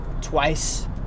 twice